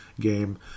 game